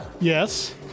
Yes